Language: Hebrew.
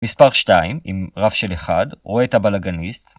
מספר 2 עם רף של 1 רואה את הבלאגניסט